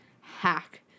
hack